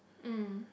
mm